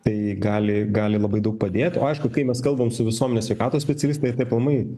tai gali gali labai daug padėt o aišku kai mes kalbam su visuomenės sveikatos specialistai tai aplamai